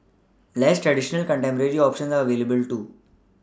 less traditional contemporary options are available too